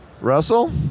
Russell